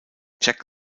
jack